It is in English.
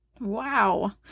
Wow